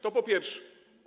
To po pierwsze.